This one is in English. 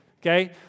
okay